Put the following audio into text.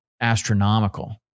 astronomical